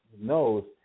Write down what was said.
knows